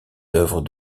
œuvres